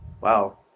wow